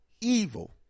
evil